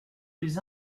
plus